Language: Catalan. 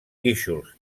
guíxols